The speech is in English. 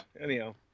Anyhow